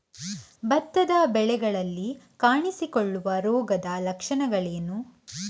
ಭತ್ತದ ಬೆಳೆಗಳಲ್ಲಿ ಕಾಣಿಸಿಕೊಳ್ಳುವ ರೋಗದ ಲಕ್ಷಣಗಳೇನು?